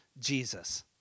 Jesus